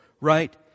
right